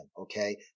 Okay